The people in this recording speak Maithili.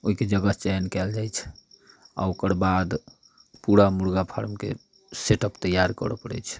ओहिके जगह चयन कयल जाइत छै आ ओकर बाद पूरा मुर्गा फारमके सेटअप तैआर करऽ पड़ैत छै